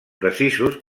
precisos